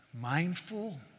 mindful